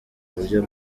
buryo